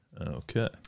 Okay